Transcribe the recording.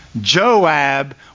Joab